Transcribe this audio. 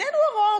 עינינו הרואות.